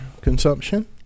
consumption